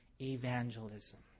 evangelism